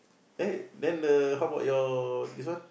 eh then the how about your this one